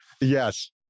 Yes